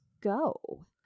go